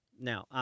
Now